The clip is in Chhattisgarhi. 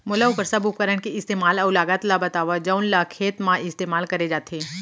मोला वोकर सब उपकरण के इस्तेमाल अऊ लागत ल बतावव जउन ल खेत म इस्तेमाल करे जाथे?